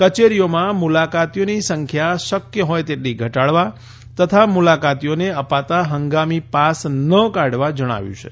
કચેરીઓમાં મુલાકાતીઓની સંખ્યા શક્ય હોય તેટલી ઘટાડવા તથા મુલાકાતીઓને અપાતા હંગામી પાસ ન કાઢવા જણાવ્યું છે